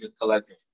collective